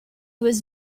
was